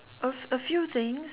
a a few things